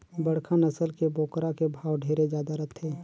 बड़खा नसल के बोकरा के भाव ढेरे जादा रथे